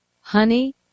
honey